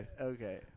Okay